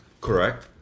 Correct